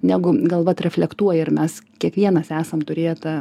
negu gal vat reflektuoja ir mes kiekvienas esam turėję tą